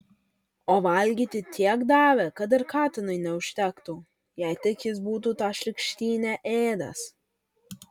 o valgyti tiek davė kad ir katinui neužtektų jei tik jis būtų tą šlykštynę ėdęs